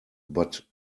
but